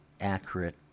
accurate